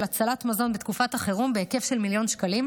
הצלת מזון בתקופת החירום בהיקף של מיליון שקלים,